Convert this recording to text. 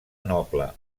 noble